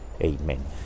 Amen